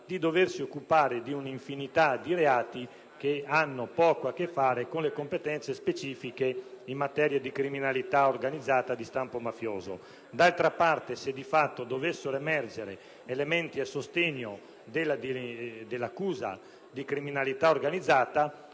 di doversi occupare di una infinità di reati che poco hanno a che fare con le competenze specifiche in materia di criminalità organizzata di stampo mafioso. D'altra parte, se di fatto dovessero emergere elementi a sostegno dell'accusa di criminalità organizzata,